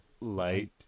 light